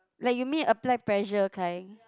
like you mean apply pressure kind